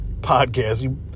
podcast